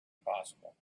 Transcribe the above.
possible